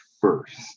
first